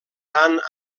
tant